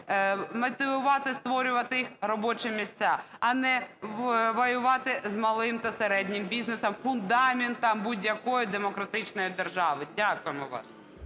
мотивувати створювати робочі місця. А не воювати з малим та середнім бізнесом – фундаментом будь-якої демократичної держави. Дякуємо вам.